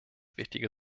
wichtige